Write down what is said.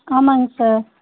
ஆமாங்க சார்